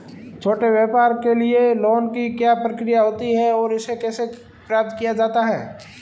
छोटे व्यापार के लिए लोंन की क्या प्रक्रिया होती है और इसे कैसे प्राप्त किया जाता है?